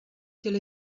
till